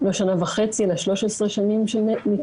לא שנה וחצי אלא היו 13 שנים של ניתוק.